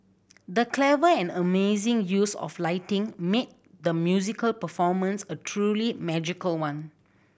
the clever and amazing use of lighting made the musical performance a truly magical one